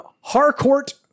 Harcourt